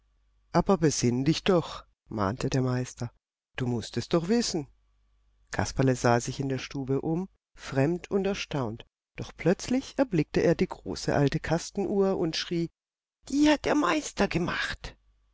aber besinn dich doch mahnte der meister du mußt es doch wissen kasperle sah sich in der stube um fremd und erstaunt doch plötzlich erblickte er die große alte kastenuhr und schrie die hat der meister gemacht